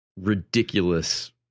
ridiculous